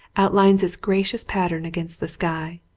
outlines its gracious pattern against the sky.